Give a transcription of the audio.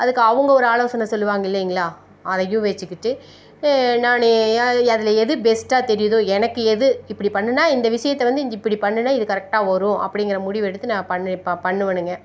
அதுக்கு அவங்க ஒரு ஆலோசனை சொல்லுவாங்க இல்லைங்களா அதையும் வச்சுக்கிட்டு நான் அதில் எது பெஸ்ட்டாக தெரியுதோ எனக்கு எது இப்படி பண்ணின்னா இந்த விஷயத்தை வந்து இப்படி பண்ணின்னா இது கரெக்டாக வரும் அப்படிங்கிற முடிவு எடுத்து நான் பண்ணிப் ப பண்ணுவேனுங்க